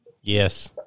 Yes